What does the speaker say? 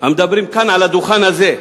המדברים כאן, על הדוכן הזה,